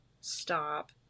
stop